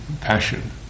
passion